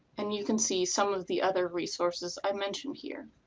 and you can see some of the other resources i mentioned here.